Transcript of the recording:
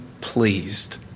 pleased